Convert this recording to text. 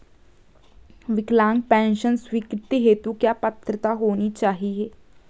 विकलांग पेंशन स्वीकृति हेतु क्या पात्रता होनी चाहिये?